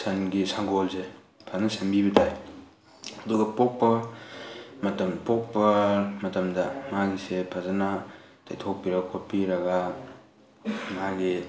ꯁꯟꯒꯤ ꯁꯪꯒꯣꯜꯁꯦ ꯐꯖꯅ ꯁꯦꯝꯕꯤꯕ ꯇꯥꯏ ꯑꯗꯨꯒ ꯄꯣꯛꯄ ꯃꯇꯝ ꯄꯣꯛꯄ ꯃꯇꯝꯗ ꯃꯥꯒꯤꯁꯦ ꯐꯖꯅ ꯇꯩꯊꯣꯛꯄꯤꯔ ꯈꯣꯠꯄꯤꯔꯒ ꯃꯥꯒꯤ